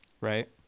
Right